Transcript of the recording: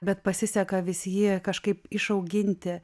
bet pasiseka vis jį kažkaip išauginti